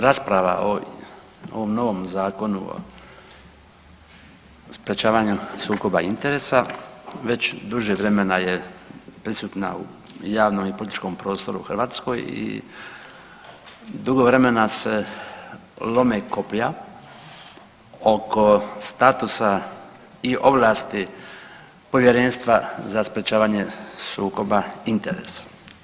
Rasprava o ovom novom Zakonu o sprječavanju sukoba interesa već duže vremena je prisutna u javnom i političkom prostoru u Hrvatskoj i dugo vremena se lome koplja oko statusa i ovlasti Povjerenstva za sprječavanje sukoba interesa.